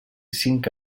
cinc